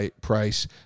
price